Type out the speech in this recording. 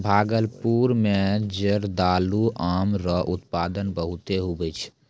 भागलपुर मे जरदालू आम रो उत्पादन बहुते हुवै छै